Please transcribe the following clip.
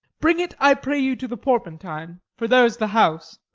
bring it, i pray you, to the porpentine for there's the house.